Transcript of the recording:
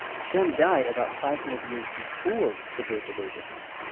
shem died about five hundred years before the birth of abraham.